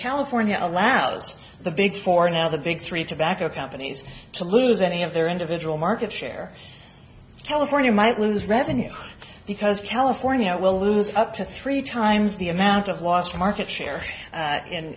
california allows the big four now the big three tobacco companies to lose any of their individual market share california might lose revenue because california will lose up to three times the amount of lost market share